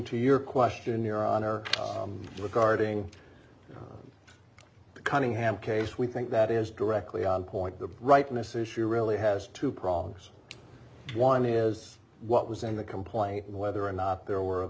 to your question your on or with guarding the cunningham case we think that is directly on point the rightness issue really has to prague's one is what was in the complaint whether or not there were